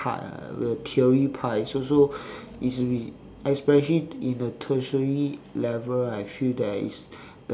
part ah the theory part is also especially in a tertiary level I feel that is